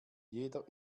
jeder